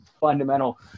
fundamental